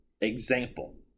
example